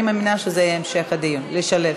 אני מאמינה שזה יהיה המשך הדיון, לשלב.